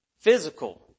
physical